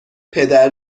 پدر